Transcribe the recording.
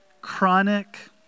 chronic